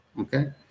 okay